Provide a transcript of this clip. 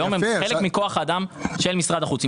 היום הם חלק מכוח האדם של משרד החוץ.